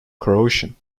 croatian